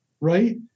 right